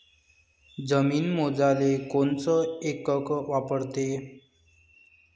जमीन मोजाले कोनचं एकक वापरते?